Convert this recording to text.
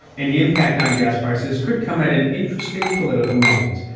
any impact on gas prices could come at an interesting political moment.